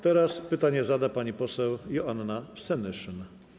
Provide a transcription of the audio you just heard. Teraz pytanie zada pani poseł Joanna Senyszyn.